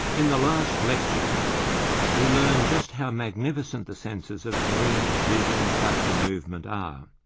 in the last lecture we learned just how magnificent the senses of hearing, vision, touch and movement are,